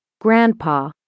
Grandpa